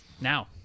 now